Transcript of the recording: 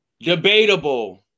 Debatable